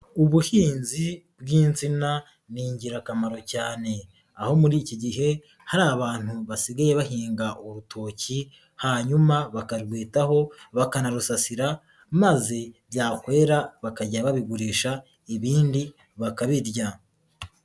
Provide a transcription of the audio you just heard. Ubuhinzi bw'insina ni ingirakamaro cyane, aho muri iki gihe hari abantu basigaye bahinga urutoki, hanyuma bakarwitaho, bakanarusasira maze byakwera bakajya babigurisha, ibindi bakabirya.